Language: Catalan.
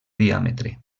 diàmetre